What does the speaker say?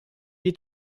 est